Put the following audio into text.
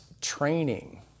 training